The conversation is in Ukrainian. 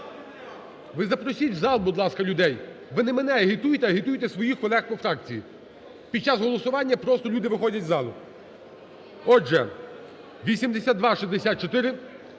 Ви запросіть в зал, будь ласка, людей, ви не мене агітуйте, а агітуйте своїх колег по фракції, під час голосування просто люди виходять з залу. Отже, 8264